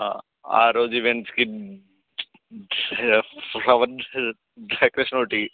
ఆరోజు ఈవెంట్స్కి flower decoration ఒకటి